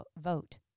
vote